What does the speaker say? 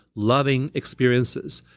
loving experiences,